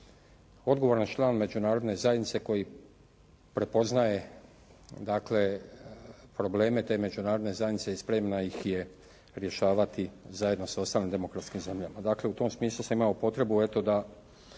odgovoran član Međunarodne zajednice koji prepoznaje dakle probleme te Međunarodne zajednice i spremna ih je rješavati zajedno sa ostalim demokratskim zemljama.